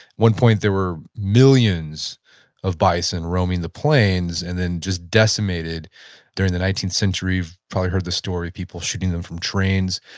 one point there were millions of bison roaming the plains, and then just decimated there in the nineteenth century, probably heard the story of people shooting them from trains.